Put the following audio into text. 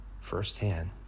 firsthand